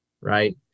Right